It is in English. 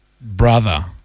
brother